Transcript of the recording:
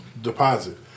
Deposit